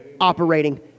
operating